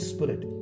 Spirit